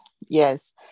Yes